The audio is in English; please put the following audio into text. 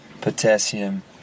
potassium